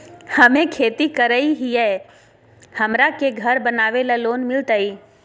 हमे खेती करई हियई, हमरा के घर बनावे ल लोन मिलतई?